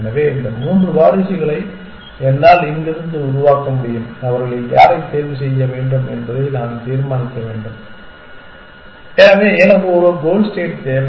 எனவே இந்த மூன்று வாரிசுகளை என்னால் இங்கிருந்து உருவாக்க முடியும் அவர்களில் யாரை தேர்வு செய்ய வேண்டும் என்பதை நான் தீர்மானிக்க வேண்டும் எனவே எனக்கு ஒரு கோல் ஸ்டேட் தேவை